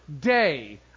day